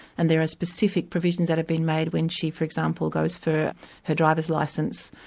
and there are specific provisions that have been made when she, for example, goes for her driver's licence,